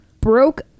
broke